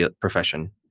profession